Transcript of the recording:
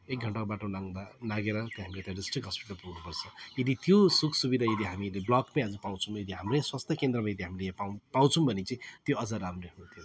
एक घण्टाको बाटो नाघ्दा नाघेर त्याँ हामीले त्यहाँ डिस्ट्रिक्ट हस्पिटल पुग्नु पर्छ यदि त्यो सुख सुविधा यदि हामीले ब्लकमा आज पाउँछौँ यदि हाम्रो स्वास्थ्य केन्द्रमा यदि हामीले पाउँ पाउँछौँ भने चाहिँ त्यो अझ राम्रो हुन्थ्यो